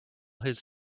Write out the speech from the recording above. his